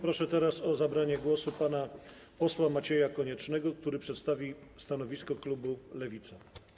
Proszę teraz o zabranie głosu pana posła Macieja Koniecznego, który przedstawi stanowisko klubu Lewica.